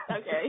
Okay